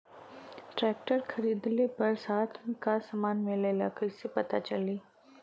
Tractor खरीदले पर साथ में का समान मिलेला कईसे पता चली?